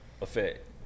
effect